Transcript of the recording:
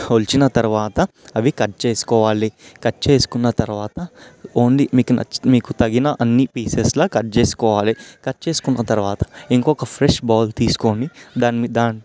ఒలిచిన తర్వాత అవి కట్ చేసుకోవాలి కట్ చేసుకున్న తరువాత ఓన్లీ మీకు నచ్చిన మీకు తగిన అన్ని పీసెస్లా కట్ చేసుకోవాలి కట్ చేసుకున్న తరువాత ఇంకొక ఫ్రెష్ బౌల్ తీసుకొని దాని మీ దాని